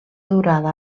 durada